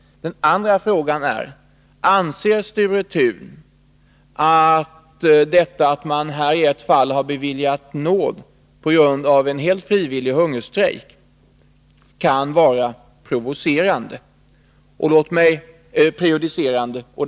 Den andra lyder: Anser Sture Thun att regeringen i ett fall har beviljat nåd på grund av en helt frivillig hungerstrejk kan bli prejudicerande?